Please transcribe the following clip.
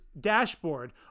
dashboard